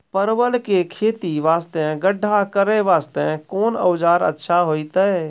परवल के खेती वास्ते गड्ढा करे वास्ते कोंन औजार अच्छा होइतै?